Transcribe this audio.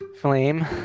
Flame